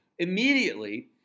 Immediately